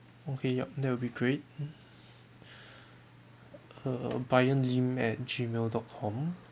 okay yup that will be great uh bryan lim at gmail dot com